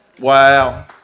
Wow